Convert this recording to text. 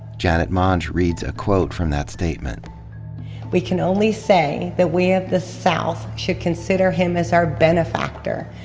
janet monge reads a quote from that statement we can only say that we of the south should consider him as our benefactor,